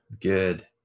Good